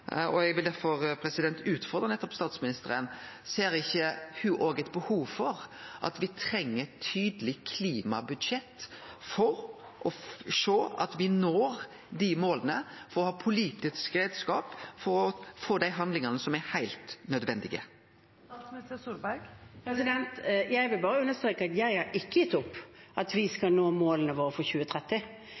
Eg vil nettopp derfor utfordre statsministeren: Ser ikkje ho òg at me treng eit tydeleg klimabudsjett for å nå desse måla, for å ha ein politisk reiskap og for å få dei handlingane som er heilt nødvendige? Jeg vil bare understreke at jeg har ikke gitt opp å nå målene våre for 2030.